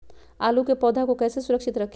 आलू के पौधा को कैसे सुरक्षित रखें?